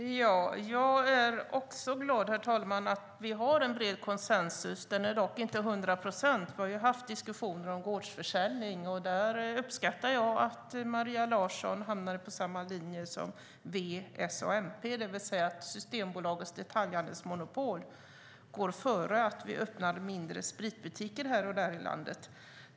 Herr talman! Jag är också glad över att vi har en bred konsensus. Den är dock inte hundraprocentig. Vi har haft diskussioner om gårdsförsäljning. Där uppskattar jag att Maria Larsson hamnar på samma linje som V, S och MP, det vill säga att Systembolagets detaljhandelsmonopol går före att vi öppnar mindre spritbutiker här och där i landet.